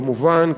כמובן,